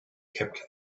kept